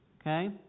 Okay